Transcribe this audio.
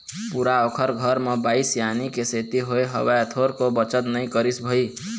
पूरा ओखर घर म बाई सियानी के सेती होय हवय, थोरको बचत नई करिस भई